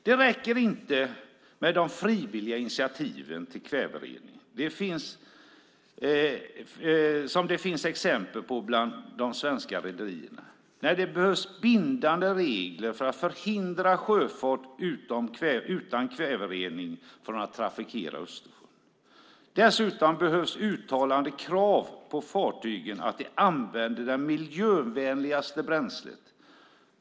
Det räcker inte med de frivilliga initiativen till kväverening som det finns exempel på bland de svenska rederierna. Nej, det behövs bindande regler för att förhindra sjöfart utan kväverening från att trafikera Östersjön. Dessutom behövs uttalade krav på fartygen att de använder det miljövänligaste bränslet.